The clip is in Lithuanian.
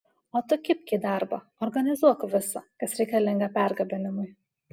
o tu kibk į darbą organizuok visa kas reikalinga pergabenimui